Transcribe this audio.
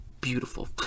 beautiful